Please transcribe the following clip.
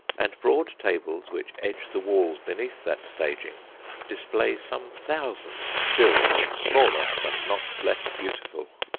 and broad tables which edge the walls beneath that staging display some thousands still, smaller but not less beautiful.